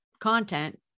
content